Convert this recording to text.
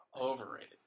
Overrated